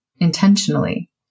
intentionally